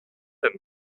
him